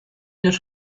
los